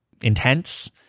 intense